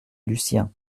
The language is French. lucien